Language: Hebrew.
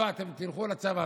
אתם תלכו לצבא.